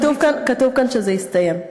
כתוב כאן שזה מסתיים,